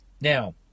Now